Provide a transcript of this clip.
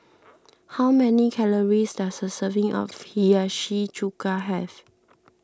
how many calories does a serving of Hiyashi Chuka have